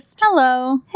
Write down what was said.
hello